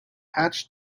hatch